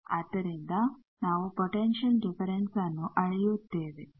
ಆದ್ದರಿಂದ ನಾವು ಪೋಟೆನ್ಶಿಯಲ್ ಡಿಫರೆನ್ಸನ್ನು ಅಳೆಯುತ್ತೇವೆ